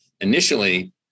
initially